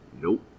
nope